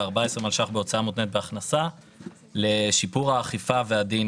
ו-14 מיליון שקלים בהוצאה מותנית בהכנסה לשיפור האכיפה והדין